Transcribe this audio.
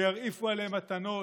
וירעיפו עליהם מתנות,